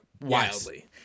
wildly